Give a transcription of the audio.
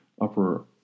upper